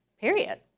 Period